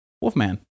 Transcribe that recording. Wolfman